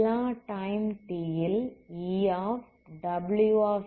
எல்லா time t ல் Ewt≤Ew00